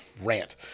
rant